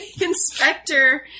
inspector